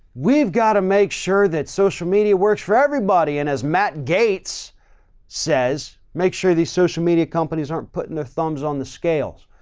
we've got to make sure that social media works for everybody, and as matt gaetz says, make sure these social media companies aren't putting their thumbs on the scales.